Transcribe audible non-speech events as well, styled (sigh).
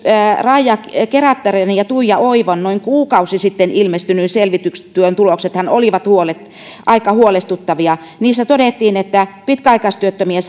raija kerättären ja tuija oivon noin kuukausi sitten ilmestyneen selvitystyön tuloksethan olivat aika huolestuttavia niissä todettiin että pitkäaikaistyöttömien (unintelligible)